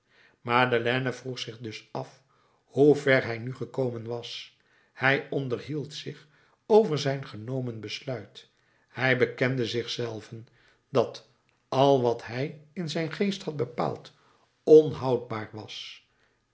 madeleine vroeg zich dus af hoe ver hij nu gekomen was hij onderhield zich over zijn genomen besluit hij bekende zich zelven dat al wat hij in zijn geest had bepaald onhoudbaar was